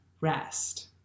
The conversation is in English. rest